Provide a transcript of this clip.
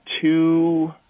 two